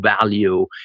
value